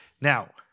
Now